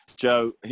Joe